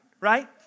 Right